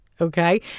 Okay